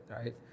right